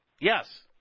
Yes